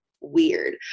weird